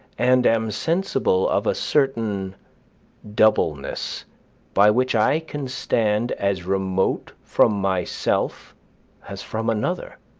and am sensible of a certain doubleness by which i can stand as remote from myself as from another.